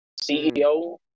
CEO